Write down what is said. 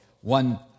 One